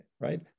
right